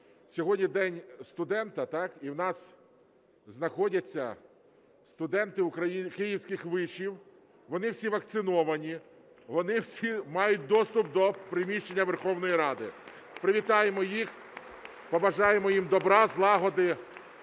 Сьогодні День студента. І в нас знаходяться студенти київських вишів, вони всі вакциновані, вони всі мають доступ до приміщення Верховної Ради. Привітаємо їх, побажаємо їм добра, злагоди